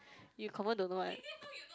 you confirm don't know [one]